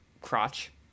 crotch